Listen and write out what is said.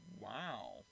Wow